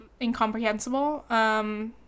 incomprehensible